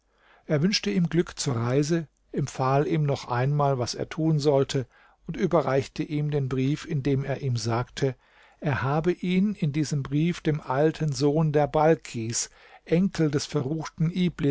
er wünschte ihm glück zur reise empfahl ihm noch einmal was er tun sollte und überreichte ihm den brief indem er ihm sagte er habe ihn in diesem brief dem alten sohn der balkis enkel des verruchten